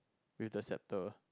with the scepter